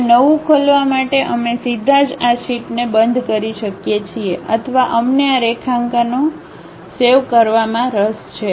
હવે નવું ખોલવા માટે અમે સીધા જ આ શીટને બંધ કરી શકીએ છીએ અથવા અમને આ રેખાંકનો સેવ કરવું માં રસ છે